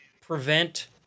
prevent